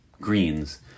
greens